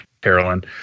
carolyn